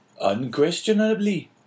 Unquestionably